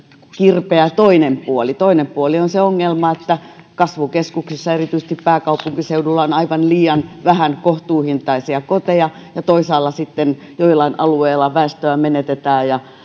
kirpeä toinen puoli toinen puoli on se ongelma että kasvukeskuksissa erityisesti pääkaupunkiseudulla on aivan liian vähän kohtuuhintaisia koteja toisaalla sitten joillain alueilla väestöä menetetään ja